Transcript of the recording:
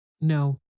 No